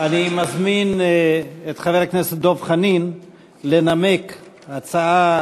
אני מזמין את חבר הכנסת דב חנין לנמק הצעה